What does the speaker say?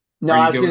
No